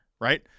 Right